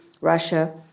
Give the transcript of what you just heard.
Russia